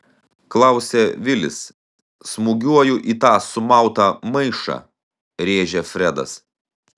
klausia vilis smūgiuoju į tą sumautą maišą rėžia fredas